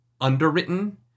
underwritten